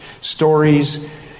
stories